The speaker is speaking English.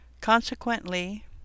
Consequently